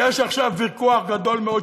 יש עכשיו ויכוח גדול מאוד,